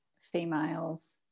females